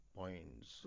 points